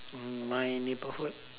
um my neighbourhood